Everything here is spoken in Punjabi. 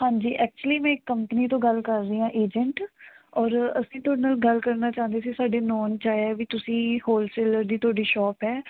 ਹਾਂਜੀ ਐਕਚੁਲੀ ਮੈਂ ਇੱਕ ਕੰਪਨੀ ਤੋਂ ਗੱਲ ਕਰ ਰਹੀ ਹਾਂ ਏਜੈਂਟ ਔਰ ਅਸੀਂ ਤੁਹਾਡੇ ਨਾਲ ਗੱਲ ਕਰਨਾ ਚਾਹੁੰਦੇ ਸੀ ਸਾਡੇ ਨੌਨ 'ਚ ਆਇਆ ਵੀ ਤੁਸੀਂ ਹੋਲਸੇਲਰ ਦੀ ਤੁਹਾਡੀ ਸ਼ੌਪ ਹੈ